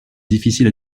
difficiles